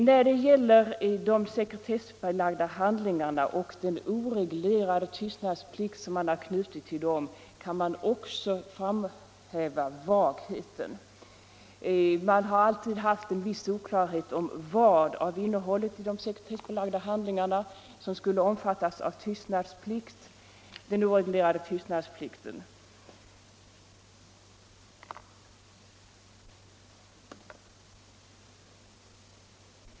Också när det gäller den oreglerade tystnadsplikt som man har knutit till de sekretessbelagda handlingarna kan vagheten framhävas. Det har alltid rått en viss oklarhet i fråga om vad som i de sekretessbelagda handlingarna skulle omfattas av den oreglerade tystnadsplikten.